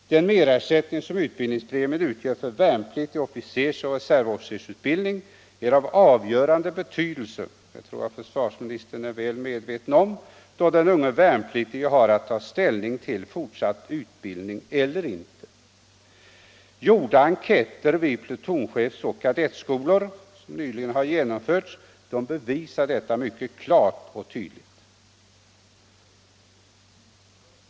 Den merersättning som utbildningspremien utgör för värnpliktig officersoch reservofficersutbildning är av avgörande betydelse — det tror jag att försvarsministern är väl medveten om — då den unge värnpliktige har att ta ställning till fortsatt utbildning eller inte. Nyligen genomförda enkäter vid plutonchefsoch kadettskolor bevisar detta mycket klart och tydligt.